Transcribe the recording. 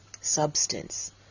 substance